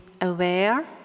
aware